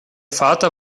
vater